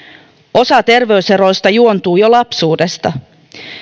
osa terveyseroista juontuu jo lapsuudesta